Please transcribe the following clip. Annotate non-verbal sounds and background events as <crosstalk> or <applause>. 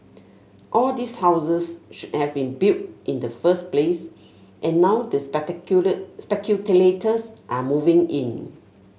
all these houses shouldn have been built in the first place and now the <unintelligible> speculators are moving in